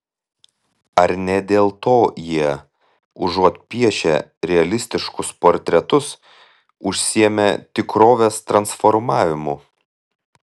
ar ne dėl to jie užuot piešę realistiškus portretus užsiėmė tikrovės transformavimu